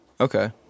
Okay